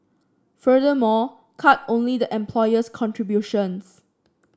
furthermore cut only the employer's contributions